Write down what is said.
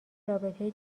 رابطه